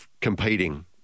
competing